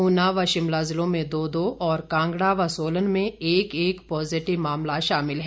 ऊना व शिमला में दो दो और कांगड़ा व सोलन में एक एक पॅजिटिव मामला शामिल है